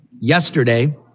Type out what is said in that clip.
Yesterday